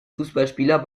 fußballspieler